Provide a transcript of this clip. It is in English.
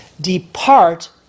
depart